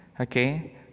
okay